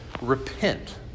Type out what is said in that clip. Repent